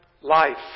life